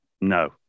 no